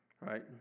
Right